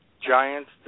Giants